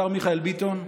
השר מיכאל ביטון,